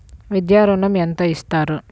విద్యా ఋణం ఎంత ఇస్తారు?